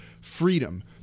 freedom